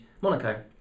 Monaco